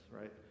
right